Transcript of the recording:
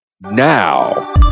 now